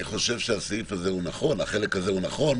אני חושב שהחלק הזה הוא נכון.